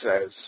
says